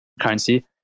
currency